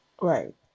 right